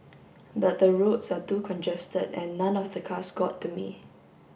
but the roads are too congested and none of the cars got to me